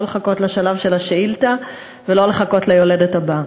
לא לחכות לשלב של השאילתה ולא לחכות ליולדת הבאה.